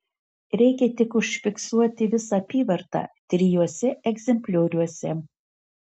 reikia tik užfiksuoti visą apyvartą trijuose egzemplioriuose